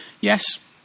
Yes